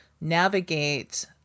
navigate